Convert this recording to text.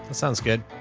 sounds good.